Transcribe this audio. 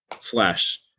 flesh